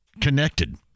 connected